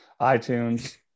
iTunes